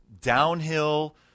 downhill